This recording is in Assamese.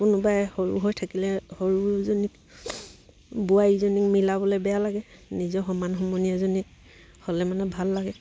কোনোবাই সৰু হৈ থাকিলে সৰুজনীক বোৱাৰীজনীক মিলাবলৈ বেয়া লাগে নিজৰ সমান সমনীয় এজনীক হ'লে মানে ভাল লাগে